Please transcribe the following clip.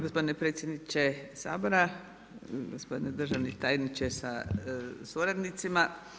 Gospodine predsjedniče Sabora, gospodine državni tajniče sa suradnicima.